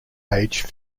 age